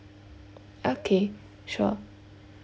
okay sure